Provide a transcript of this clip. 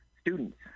students